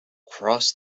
crossed